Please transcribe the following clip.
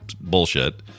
bullshit